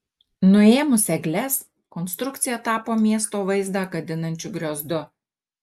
nuėmus egles konstrukcija tapo miesto vaizdą gadinančiu griozdu